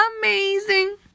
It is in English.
amazing